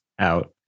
out